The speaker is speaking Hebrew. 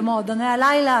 במועדוני הלילה,